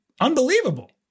unbelievable